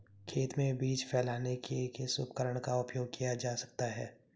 खेत में बीज फैलाने के लिए किस उपकरण का उपयोग किया जा सकता है?